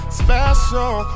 special